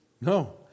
No